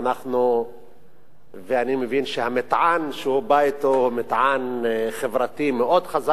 אני מבין שהמטען שהוא בא אתו הוא מטען חברתי מאוד חזק,